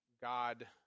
God